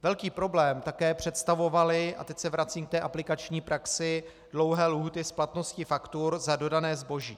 Velký problém také představovaly, a teď se vracím k té aplikační praxi, dlouhé lhůty splatnosti faktur za dodané zboží.